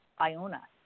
Iona